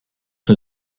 for